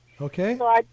okay